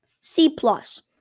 C-plus